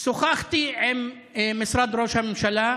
שוחחתי עם משרד ראש הממשלה,